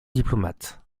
diplomate